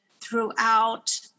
throughout